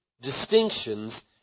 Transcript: distinctions